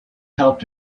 helped